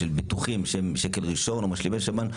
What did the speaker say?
של ביטוחים שהם שקל ראשון או משלימי שב"ן,